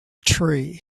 tree